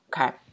Okay